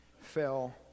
fell